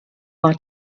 war